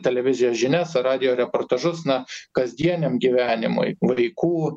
televizijos žinias radijo reportažus na kasdieniam gyvenimui vaikų